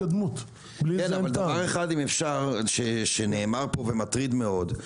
דבר אחד שנאמר פה ומטריד מאוד,